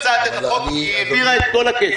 כי היא העבירה את כל הכסף.